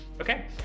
Okay